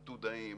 עתודאים,